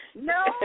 No